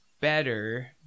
better